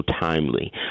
timely